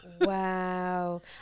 Wow